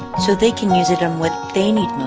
so they can use it on what they need most,